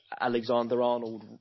Alexander-Arnold